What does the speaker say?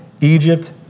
Egypt